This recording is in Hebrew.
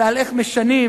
אלא איך משנים.